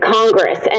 Congress